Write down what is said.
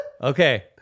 Okay